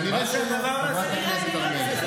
כנראה שלא, חברת הכנסת הר מלך.